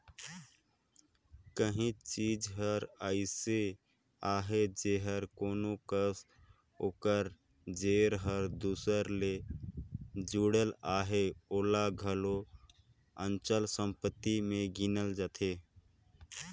काहीं चीज हर अइसे अहे जेहर कोनो कस ओकर जेर हर दूसर ले जुड़ल अहे ओला घलो अचल संपत्ति में गिनल जाथे